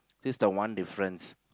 this the one difference